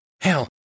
Hell